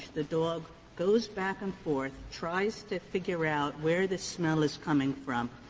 the dog goes back and forth, tries to figure out where the smell is coming from.